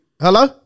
Hello